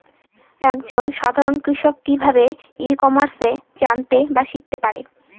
এক জন সাধারন কৃষক কি ভাবে ই কমার্সে জানতে বা শিক্ষতে পারে?